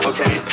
Okay